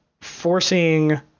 forcing